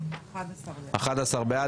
11 בעד.